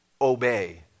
obey